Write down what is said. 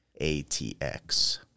ATX